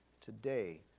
today